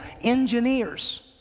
engineers